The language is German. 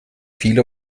viele